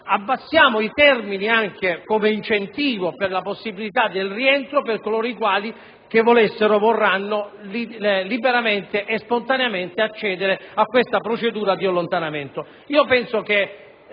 abbassiamo i termini per la possibilità del rientro per coloro i quali volessero liberamente e spontaneamente accedere a questa procedura di allontanamento.